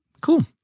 cool